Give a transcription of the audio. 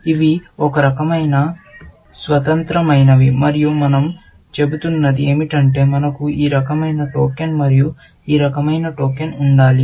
ఇవి ఒక రకమైన స్వతంత్రమైనవి మరియు మనం చెబుతున్నది ఏమిటంటే మనకు ఈ రకమైన టోకెన్ మరియు ఈ రకమైన టోకెన్ ఉండాలి